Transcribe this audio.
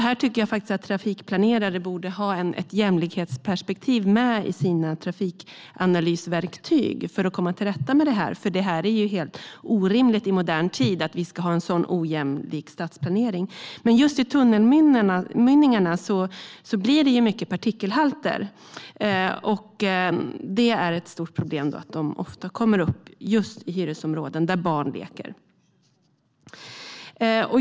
Här tycker jag faktiskt att trafikplanerare borde ha ett jämlikhetsperspektiv med i sina trafikanalysverktyg för att komma till rätta med detta, eftersom det är helt orimligt i modern tid att vi ska ha en sådan ojämlik stadsplanering. Just i tunnelmynningarna blir det mycket partikelhalter, och det är ett stort problem att de ofta kommer upp just i hyreshusområden där barn leker.